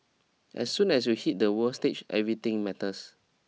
as soon as you hit the world stage everything matters